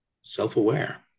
self-aware